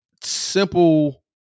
simple